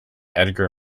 edgar